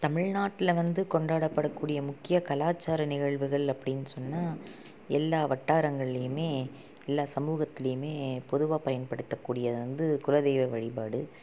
தமிழ்நாட்டில் வந்து கொண்டாடப்படக்கூடிய முக்கிய கலாச்சார நிகழ்வுகள் அப்படின் சொன்னால் எல்லா வட்டாரங்கள்லேயுமே எல்லா சமூகத்துலேயுமே பொதுவாக பயன்படுத்தக்கூடியது வந்து குலதெய்வ வழிபாடு